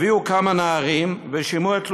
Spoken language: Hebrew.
הביאו כמה נערים ושמעו את תלונותיהם.